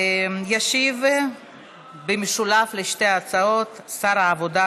ישיב במשולב על שתי ההצעות שר העבודה,